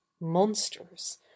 monsters